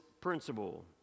principle